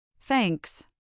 Thanks